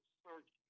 search